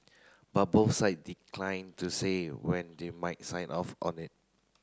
but both side declined to say when they might sign off on it